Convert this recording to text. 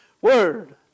word